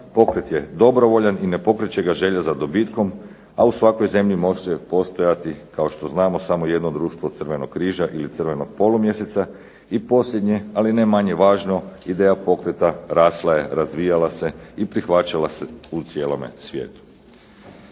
Pokret je dobrovoljan i ne pokreće ga želja za dobitkom, a u svakoj zemlji može postojati kao što znamo samo jedno društvo Crvenog križa ili Crvenog polumjeseca. I posljednje ali ne manje važno, ideja pokreta rasla je razvijala se i prihvaćala se u cijelome svijetu.